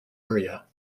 area